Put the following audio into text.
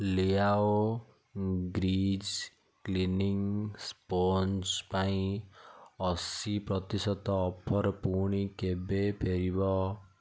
ଲିଆଓ grease cleaning sponge ପାଇଁ ଅଶୀ ପ୍ରତିଶତ ଅଫର୍ ପୁଣି କେବେ ଫେରିବ